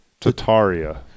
Tataria